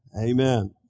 Amen